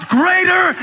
greater